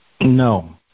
No